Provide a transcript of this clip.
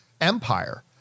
empire